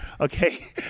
Okay